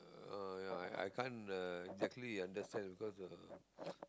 uh ya I can't the exactly understand because the